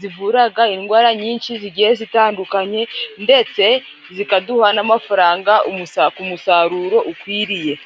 zivuraga indwara nyinshi zigiye zitandukanye, ndetse zikaduha n'amafaranga ku musaruro ukwiriye.